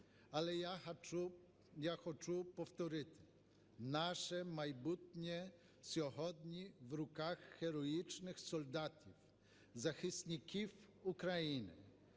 Але я хочу повторити: наше майбутнє сьогодні в руках героїчних солдатів, захисників України.